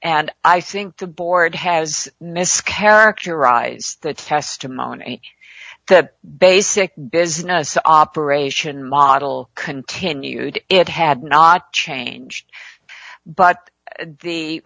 and i think the board has mischaracterized the testimony the basic business operation model continued it had not changed but the